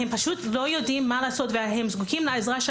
הם פשוט לא יודעים מה לעשות והם זקוקים לעזרה של